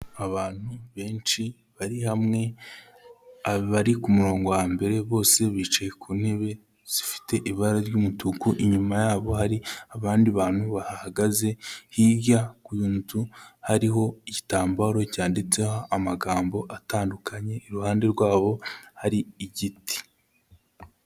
Abantu benshi bari hamwe, abari ku murongo wa mbere bose bicaye ku ntebe zifite ibara ry'umutuku, inyuma yabo hari abandi bantu bahahagaze, hirya kunzu hariho igitambaro cyanditseho amagambo atandukanye, iruhande rwabo hari igiti.